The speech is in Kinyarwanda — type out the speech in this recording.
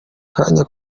akanya